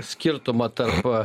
skirtumą tarp